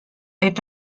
est